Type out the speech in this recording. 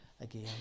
again